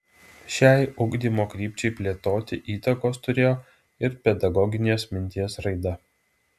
šiai ugdymo krypčiai plėtoti įtakos turėjo ir pedagoginės minties raida